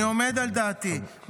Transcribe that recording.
אני עומד על דעתי,